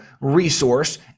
resource